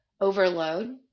overload